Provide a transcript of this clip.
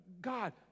God